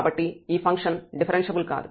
కాబట్టి ఈ function differentiable కాదు